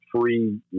free